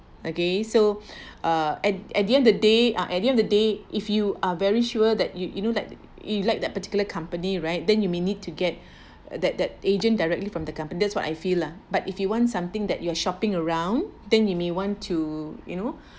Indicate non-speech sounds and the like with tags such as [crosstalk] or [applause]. okay so [breath] uh at at the end the day uh at the end of the day if you are very sure that you you know like you liked that particular company right then you may need to get [breath] uh that that agent directly from the company that's what I feel lah but if you want something that you are shopping around then you may want to you know